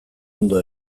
ondo